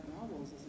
novels